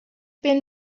been